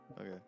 Okay